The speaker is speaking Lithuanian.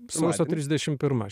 sausio trisdešim pirma